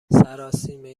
سراسیمه